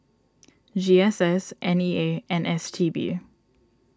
G S S N E A and S T B